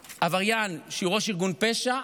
בעבריין שהוא ראש ארגון פשע,